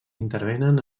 intervenen